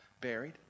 buried